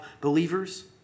believers